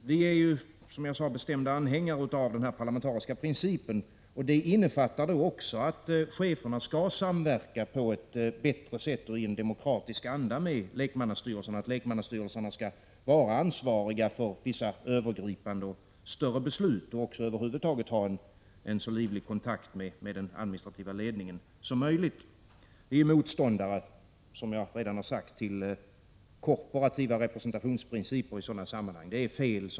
Vi är, som jag sade, bestämda anhängare av den parlamentariska principen. Det innefattar också att cheferna skall samverka på ett bättre sätt och i en demokratisk anda med lekmannastyrelserna och att lekmannastyrelserna skall vara ansvariga för vissa övergripande och större beslut och även över huvud taget ha en så livlig kontakt med den administrativa ledningen som möjligt. Vi är motståndare, som jag redan har sagt, till korporativa representationsprinciper i sådana sammanhang.